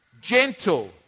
Gentle